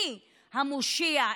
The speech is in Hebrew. אני המושיע,